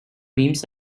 beams